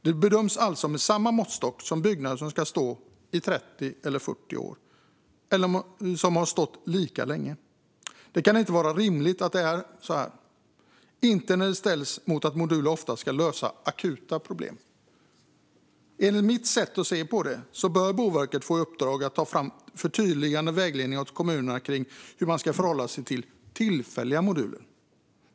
De bedöms alltså med samma måttstock som byggnader som ska stå i 30 eller 40 år eller som har stått lika länge. Det kan inte vara rimligt - inte när det ställs mot att modulerna ofta ska lösa akuta behov. Enligt mitt sätt att se på det bör Boverket få i uppdrag att ta fram en förtydligande vägledning till kommunerna kring hur man ska förhålla sig till tillfälliga moduler.